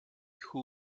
who